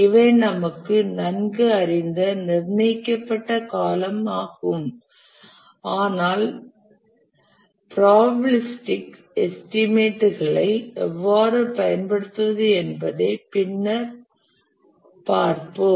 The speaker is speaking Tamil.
இவை நமக்கு நன்கு அறிந்த நிர்ணயிக்கப்பட்ட காலமாகும் ஆகும் ஆனால் புரோபாபிலிஸ்டிக் எஸ்டிமேட்ஸ்களை எவ்வாறு பயன்படுத்துவது என்பதை பின்னர் பார்ப்போம்